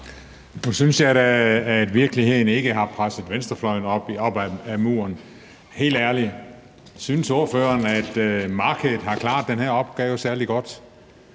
da ikke, at virkeligheden har presset venstrefløjen op mod muren. Helt ærligt, synes ordføreren, at markedet har klaret den her opgave særlig godt?